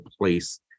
place